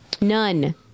None